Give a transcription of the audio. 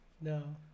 No